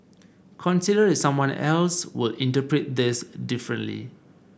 consider if someone else would interpret this differently